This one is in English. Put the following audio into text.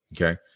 okay